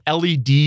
LED